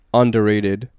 underrated